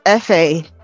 FA